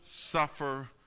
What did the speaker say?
suffer